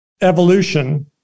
evolution